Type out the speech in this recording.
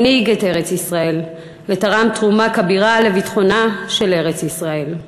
הנהיג את ארץ-ישראל ותרם תרומה כבירה לביטחונה של ארץ-ישראל.